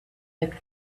lick